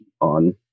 on